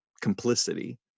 complicity